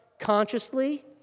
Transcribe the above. consciously